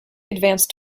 advanced